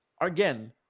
again